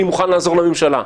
אני מוכן לעזור לממשלה.